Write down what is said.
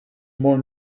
more